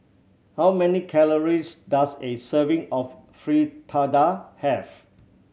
how many calories does a serving of Fritada have